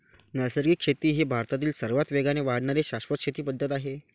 नैसर्गिक शेती ही भारतातील सर्वात वेगाने वाढणारी शाश्वत शेती पद्धत आहे